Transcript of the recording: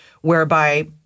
whereby